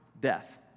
death